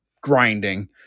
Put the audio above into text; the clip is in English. grinding